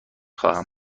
خواهم